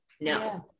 No